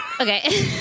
Okay